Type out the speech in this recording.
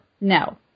No